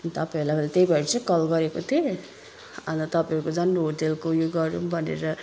तपाईँहरूलाई त्यही भएर चाहिँ कल गरेको थिएँ अनि त तपाईँहरूको झन् होटेलको यो गरौँ भनेर